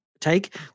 take